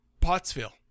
Pottsville